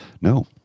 No